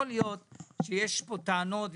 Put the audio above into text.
יכול להיות שיש טענות ושינויים.